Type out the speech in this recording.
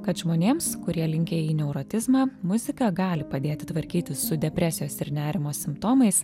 kad žmonėms kurie linkę į neurotizmą muzika gali padėti tvarkytis su depresijos ir nerimo simptomais